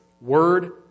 Word